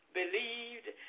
believed